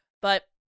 but-